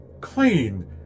clean